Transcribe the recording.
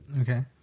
Okay